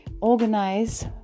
organize